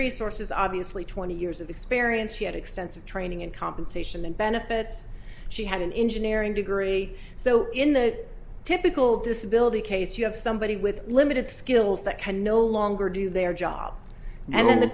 resources obviously twenty years of experience she had extensive training in compensation and benefits she had an engineering degree so in the typical disability case you have somebody with limited skills that can no longer do their job and then the